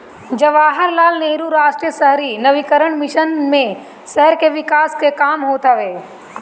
जवाहरलाल नेहरू राष्ट्रीय शहरी नवीनीकरण मिशन मे शहर के विकास कअ काम होत हवे